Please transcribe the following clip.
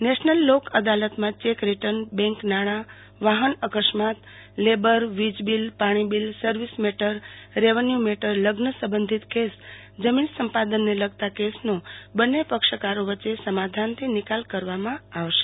national લોક અદાલતમાં check return bank નાણાવાહન અકસ્માતલેબરવીજબીલ પાણીબીલસર્વિસ મેટરરેવન્યુ મેટર લગ્ન સંબંધિત કેસ જમીન સંપાદનને લગતા કેસનો બન્ને પક્ષકારો વચ્ચે સમાધાનથી નિકાલ કરવામાં આવશે